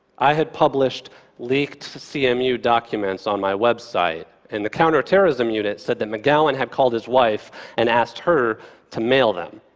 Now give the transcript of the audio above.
i had published leaked cmu documents on my website and the counterterrorism unit said that mcgowan had called his wife and asked her to mail them.